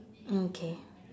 mm K